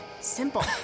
Simple